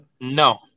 no